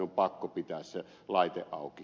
on pakko pitää se laite auki